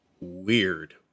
weird